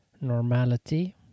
Normality